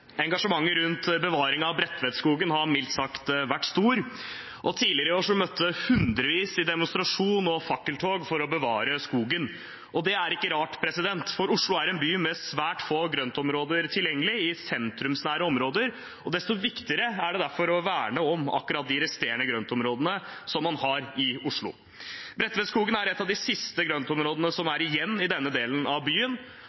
Engasjementet rundt bevaring av Bredtvetskogen har mildt sagt vært stor. Tidligere i år møtte hundrevis i demonstrasjon og fakkeltog for å bevare skogen. Det er ikke rart, for Oslo er en by med svært få tilgjengelige grøntområder i sentrumsnære områder. Desto viktigere er det derfor å verne om de resterende grøntområdene man har i Oslo. Bredtvetskogen er et av de siste grøntområdene som